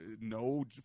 no